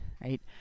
right